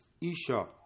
isha